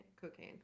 cocaine